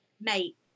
mate